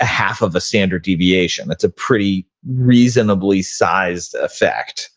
a half of a standard deviation. that's a pretty reasonably sized effect.